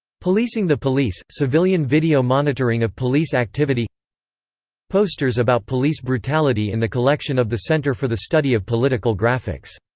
policing the police civilian video monitoring of police activity posters about police brutality in the collection of the center for the study of political graphics